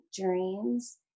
dreams